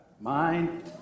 mind